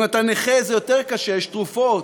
אם אתה נכה זה יותר קשה: יש תרופות,